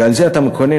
ועל זה אתה מקונן,